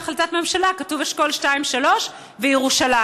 בהחלטת ממשלה כתוב אשכולות 3-2 וירושלים.